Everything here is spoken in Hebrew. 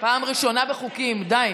פעם ראשונה, פעם ראשונה בחוקים, די.